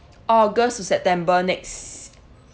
august to september next